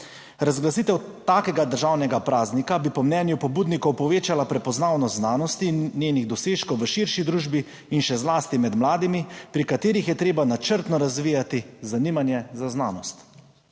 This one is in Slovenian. Razglasitev takega državnega praznika bi po mnenju pobudnikov povečala prepoznavnost znanosti in njenih dosežkov v širši družbi in še zlasti med mladimi, pri katerih je treba načrtno razvijati zanimanje za znanost.